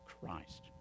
Christ